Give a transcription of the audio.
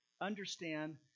understand